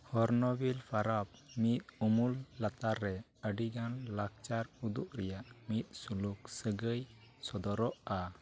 hornbill ᱯᱚᱨᱚᱵᱽ ᱢᱤᱫ ᱩᱢᱩᱞ ᱞᱟᱛᱟᱨ ᱨᱮ ᱟᱹᱰᱤᱜᱟᱱ ᱞᱟᱠᱪᱟᱨ ᱩᱫᱩᱜ ᱨᱮᱭᱟᱜ ᱢᱤᱫ ᱥᱩᱞᱩᱠ ᱥᱟᱹᱜᱟᱹᱭ ᱥᱚᱫᱚᱨᱚᱜᱼᱟ